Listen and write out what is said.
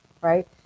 right